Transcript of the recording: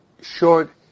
short